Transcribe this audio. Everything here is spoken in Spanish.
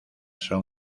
son